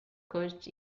coach